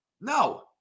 No